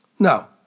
No